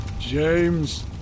James